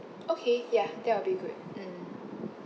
okay ya that will be good mm